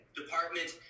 department